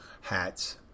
hats